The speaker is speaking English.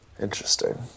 Interesting